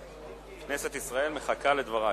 כנסת ישראל מחכה לדברייך.